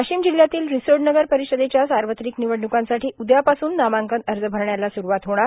वाशीम जिल्ह्यातील रिसोड नगर र्पारषदेच्या सावत्रिक र्नवडणुकांसाठी उद्यापासून नामांकन अज भरण्याला सुरूवात होणार